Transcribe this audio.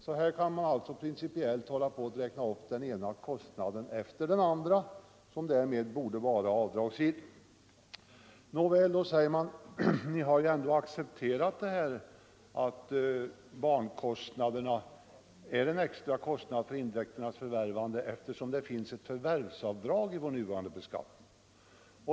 Så här kan man i princip hålla på att räkna upp den ena kostnaden efter den andra som borde vara avdragsgill. Nåväl, säger man, ni har ju ändå accepterat att barnkostnaderna är en extra kostnad för intäkternas förvärvande, eftersom det finns ett förvärvsavdrag i vår nuvarande beskattning.